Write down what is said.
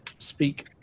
speak